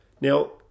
Now